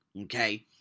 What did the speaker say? Okay